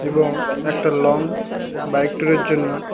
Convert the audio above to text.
এবং একটা long bike ট্যুরের জন্য